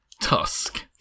Tusk